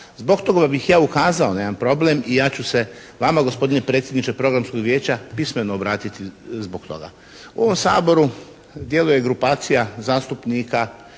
Zbog toga bih ja ukazao na jedan problem i ja ću se vama gospodine predsjedniče Programskog vijeća pismeno obratiti zbog toga. U ovom Saboru djeluje grupacija zastupnika